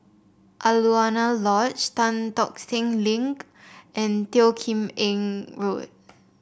Alaunia Lodge Tan Tock Seng Link and Teo Kim Eng Road